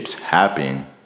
happen